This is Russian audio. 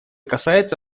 касается